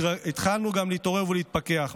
התחלנו גם להתעורר ולהתפכח.